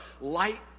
light